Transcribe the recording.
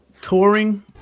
Touring